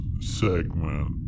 segment